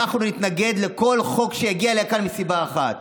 אנחנו נתנגד לכל חוק שיגיע לכאן, מסיבה אחת: